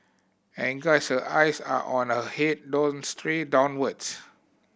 and guys her eyes are on her head don't stray downwards